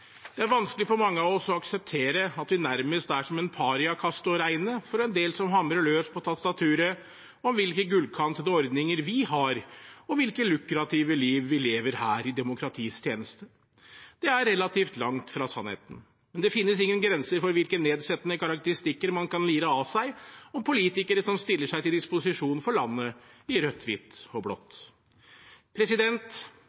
Det er vanskelig for mange av oss å akseptere at vi nærmest er som en pariakaste å regne for en del som hamrer løs på tastaturet om hvilke gullkantede ordninger vi har, og hvilket lukrativt liv vi lever her i demokratiets tjeneste. Det er relativt langt fra sannheten, men det finnes ingen grenser for hvilke nedsettende karakteristikker man kan lire av seg om politikere som stiller seg til disposisjon for landet i rødt, hvitt og